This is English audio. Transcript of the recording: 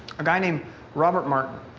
a guy named robert martin.